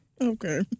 Okay